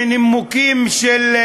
מנימוקים של,